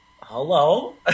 hello